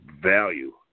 value